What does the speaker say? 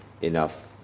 enough